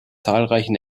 zahlreichen